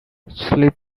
slip